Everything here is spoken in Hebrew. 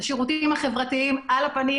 השירותים החברתיים על הפנים,